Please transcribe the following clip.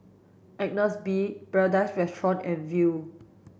Agnes B Paradise Restaurant and Viu